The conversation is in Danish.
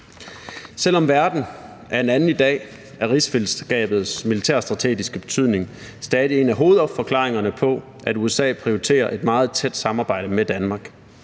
Selv om verden er en anden i dag, er rigsfællesskabets militærstrategiske betydning stadig en af hovedforklaringerne på, at USA prioriterer et meget tæt samarbejde med Danmark.